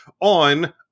on